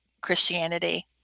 Christianity